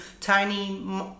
tiny